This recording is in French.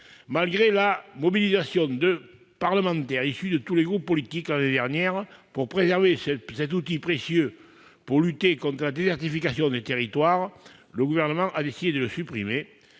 Malgré la mobilisation de parlementaires issus de tous les groupes politiques l'année dernière pour préserver cet outil précieux afin de lutter contre la désertification des territoires, le Gouvernement a décidé de le supprimer.